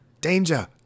Danger